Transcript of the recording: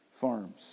farms